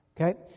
okay